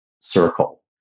circle